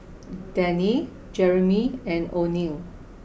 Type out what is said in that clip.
Dannie Jereme and Oneal